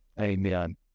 amen